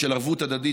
של ערבות הדדית,